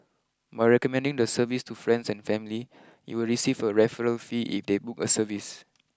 by recommending the service to friends and family you will receive a referral fee if they book a service